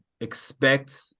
expect